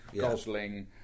Gosling